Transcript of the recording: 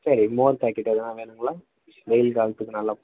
சரி மோர் பேக்கெட் எதா வேணும்ங்களா வெயில் காலத்துக்கு நல்லா